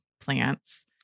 plants